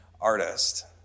artist